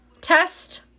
Test